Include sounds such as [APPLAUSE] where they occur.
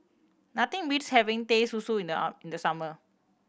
nothing beats having Teh Susu in the [UNINTELLIGIBLE] in the summer